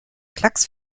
klacks